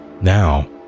Now